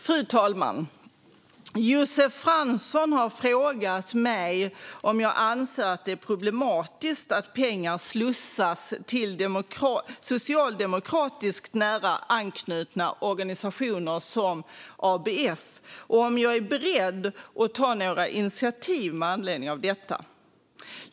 Fru talman! Josef Fransson har frågat mig om jag anser att det är problematiskt att pengar slussas till socialdemokratiskt nära anknutna organisationer som ABF och om jag är beredd att ta några initiativ med anledning av detta.